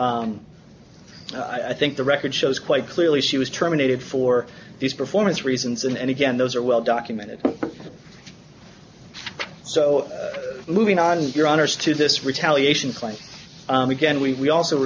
i think the record shows quite clearly she was terminated for these performance reasons and again those are well documented so moving on your honor's to this retaliation claim again we also